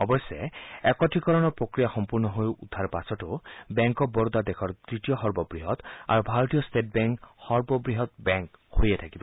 অৱশ্যে একত্ৰিকৰণ প্ৰক্ৰিয়া সম্পূৰ্ণ হৈ উঠাৰ পাছতে বেংক অব বৰোদা দেশৰ ততীয় সৰ্বাবহৎ আৰু ভাৰতীয় ষ্টেট বেংক সৰ্ববৃহৎ বেংক হৈয়ে থাকিব